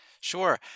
Sure